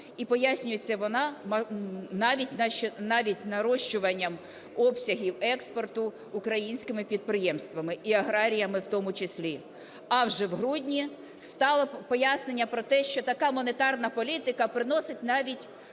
і пояснюється вона навіть нарощуванням обсягів експорту українськими підприємствами, і аграріями в тому числі. А вже в грудні стало пояснення про те, що така монетарна політика приносить навіть